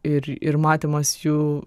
ir ir matymas jų